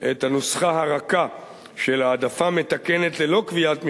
את הנוסחה הרכה של העדפה מתקנת ללא קביעת מכסות,